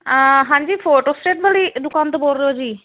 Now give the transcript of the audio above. ਹਾਂਜੀ photo statement ਵਾਲੀ ਦੁਕਾਨ ਤੋਂ ਬੋਲ ਰਹੇ ਹੋ ਜੀ